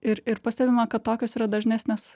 ir ir pastebima kad tokios yra dažnesnės